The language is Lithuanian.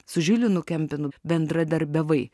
su žilvinu kempinu bendradarbiavai